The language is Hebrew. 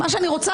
מה שאני רוצה